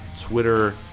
twitter